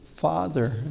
Father